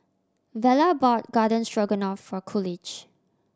Vella bought Garden Stroganoff for Coolidge